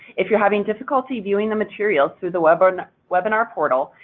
if you're having difficulty viewing the materials through the webinar and webinar portal,